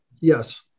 Yes